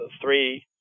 Three